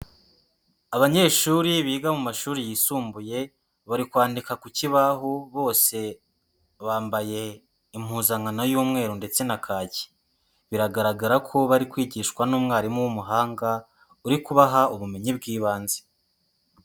Abanyeshuri biga mu mashuri yisumbuye, bari kwandika ku kibaho. Bose bambaye impuzankano y'umweru ndetse na kaki. Biragaragara ko bari kwigishwa n'umwarimu w'umuhanga, uri kubaha ubumenyi bw'ibanze.